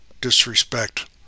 disrespect